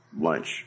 lunch